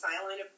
silent